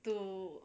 to